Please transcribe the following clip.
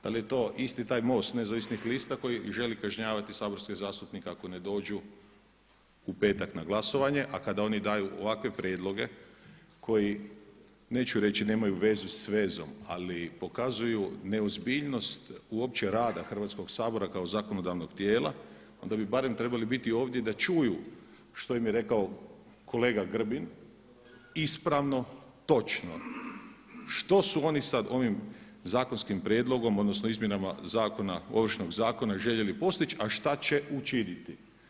Da li je to isti taj MOST nezavisnih lista koji želi kažnjavati saborske zastupnike ako ne dođu u petak na glasovanje, a kada oni daju ovakve prijedloge koji neću reći nemaju vezu s vezom, ali pokazuju neozbiljnost uopće rada Hrvatskog sabora kao zakonodavnog tijela, onda bi barem trebali biti ovdje da čuju što im je rekao kolega Grbin ispravno, točno što su oni sad ovim zakonskim prijedlogom, odnosno izmjenama zakona, Ovršnog zakona željeli postići, a šta će učiniti.